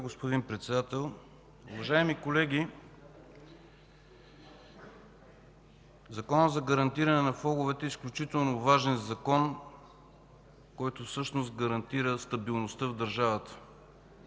господин Председател. Уважаеми колеги, Законът за гарантиране на влоговете е изключително важен Закон, който всъщност гарантира стабилността в държавата.